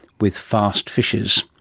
with fast fishes,